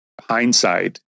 hindsight